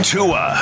Tua